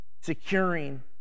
securing